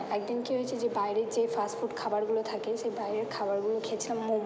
এক দিন কি হয়েছে যে বাইরের যে ফাস্ট ফুড খাবারগুলো থাকে সেই বাইরের খাবারগুলো খেয়েছিলাম মোমো